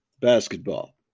basketball